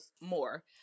more